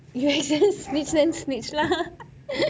yes makes sense snitch lah